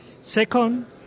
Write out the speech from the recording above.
Second